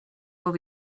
will